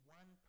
one